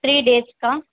three டேஸ்க்கா